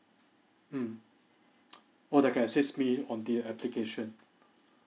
mm oh they can assist me on the application